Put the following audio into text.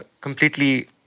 completely